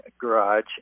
garage